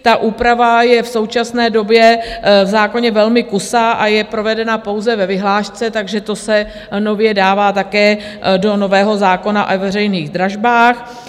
Ta úprava je v současné době v zákoně velmi kusá a je provedena pouze ve vyhlášce, takže to se nově dává také do nového zákona o veřejných dražbách.